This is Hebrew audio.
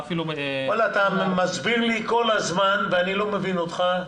אתה כל הזמן מסביר לי ואני לא מבין אותך.